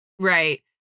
Right